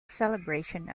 celebration